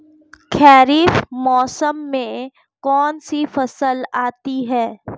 खरीफ मौसम में कौनसी फसल आती हैं?